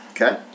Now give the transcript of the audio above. Okay